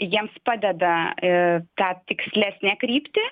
jiems padeda ir tą tikslesnę kryptį